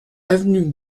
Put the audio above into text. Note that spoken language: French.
avenue